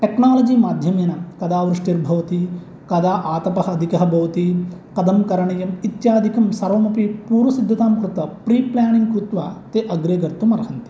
technology माध्यमेन कदा वृष्टिर्भवति कदा आतपः अधिकः भवति कदं करणीयं इत्यादिकं सर्वम् अपि पूर्वसिद्धतां कृत्वा प्रीप्लानिङ्ग् कृत्वा ते अग्रे गन्तुम् अर्हन्ति